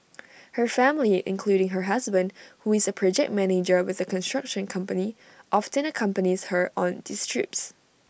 her family including her husband who is A project manager with A construction company often accompanies her on these trips